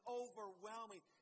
overwhelming